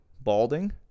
balding